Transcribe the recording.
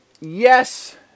yes